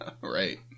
Right